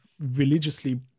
Religiously